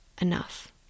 enough